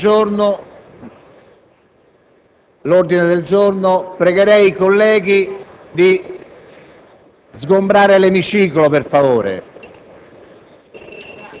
Passiamo al prossimo punto